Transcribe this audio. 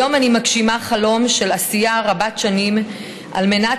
היום אני מגשימה חלום של עשייה רבת-שנים על מנת